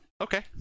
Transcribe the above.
okay